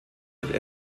wird